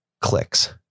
clicks